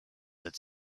that